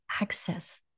access